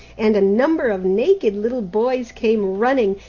and a number of naked little boys came running,